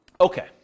okay